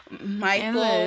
Michael